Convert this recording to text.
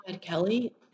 Kelly